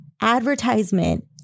advertisement